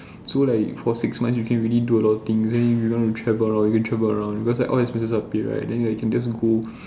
so like for six months you can really do a lot of things then if you gonna travel you can travel around because all expenses are paid right then you can just go